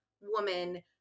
woman